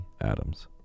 Adams